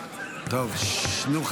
פה, אני רואה, רואה.